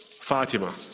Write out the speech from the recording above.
Fatima